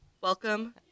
Welcome